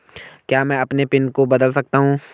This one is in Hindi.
क्या मैं अपने पिन को बदल सकता हूँ?